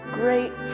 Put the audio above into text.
great